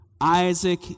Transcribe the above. Isaac